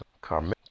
come